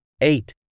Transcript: eight